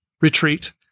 retreat